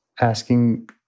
asking